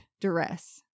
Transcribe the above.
duress